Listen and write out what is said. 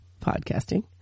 podcasting